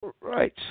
Right